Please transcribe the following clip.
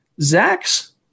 Zach's